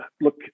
look